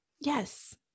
Yes